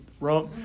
right